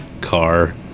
car